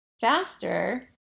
faster